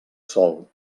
sòl